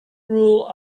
rule